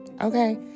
Okay